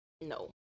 no